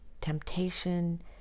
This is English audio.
temptation